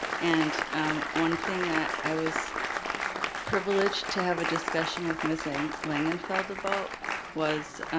and one thing that i was privileged to have a discussion with miss and langenfeld about was.